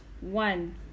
one